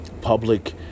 public